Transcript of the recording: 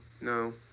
no